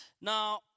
Now